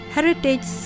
Heritage